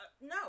no